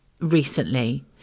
recently